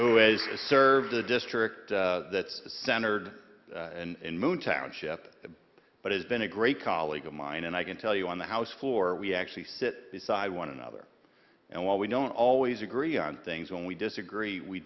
ways to serve the district center and moon township but it's been a great colleague of mine and i can tell you on the house floor we actually sit beside one another and while we don't always agree on things when we disagree we